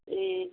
ए